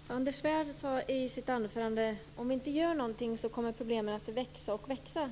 Fru talman! Anders Svärd sade i sitt anförande att om vi inte gör någonting kommer problemen att växa och växa.